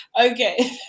okay